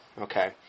okay